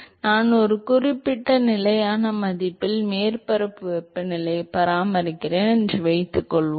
எனவே நான் ஒரு குறிப்பிட்ட நிலையான மதிப்பில் மேற்பரப்பு வெப்பநிலையை பராமரிக்கிறேன் என்று வைத்துக்கொள்வோம்